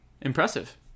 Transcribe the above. impressive